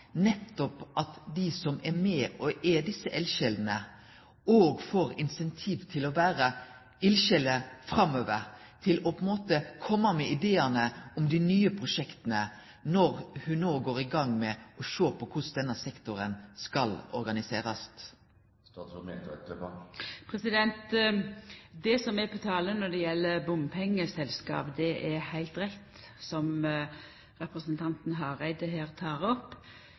nettopp at dei som er med, som er desse eldsjelene, får incentiv til å vere eldsjeler framover, til å kome med idéar om dei nye prosjekta når ho no går i gang med å sjå på korleis denne sektoren skal organiserast? Det vi betaler når det gjeld bompengeselskap, er heilt rett, som representanten Hareide her tek opp.